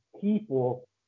people